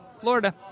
florida